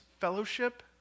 fellowship